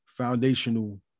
foundational